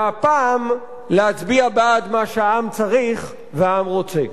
והפעם להצביע בעד מה שהעם צריך והעם רוצה.